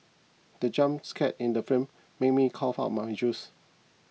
the jump scare in the film made me cough out my juice